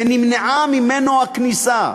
ונמנעה ממנו הכניסה.